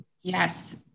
Yes